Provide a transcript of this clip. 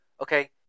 Okay